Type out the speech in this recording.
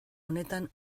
honetan